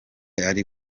yari